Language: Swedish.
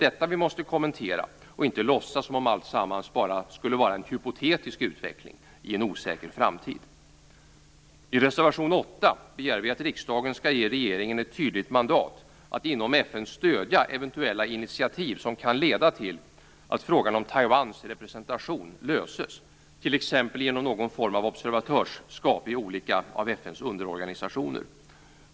Detta måste vi kommentera och inte låtsas som om alltsammans bara skulle vara en hypotetisk utveckling i en osäker framtid. I reservation 8 begär vi att riksdagen skall ge regeringen ett tydligt mandat att inom FN stödja eventuella initiativ som kan leda till att frågan om Taiwans representation löses, t.ex. genom någon form av observatörskap i FN:s olika underorganisationer.